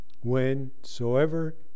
Whensoever